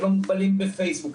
הם לא מוגבלים ב-Facebook,